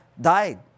died